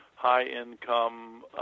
high-income